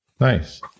Nice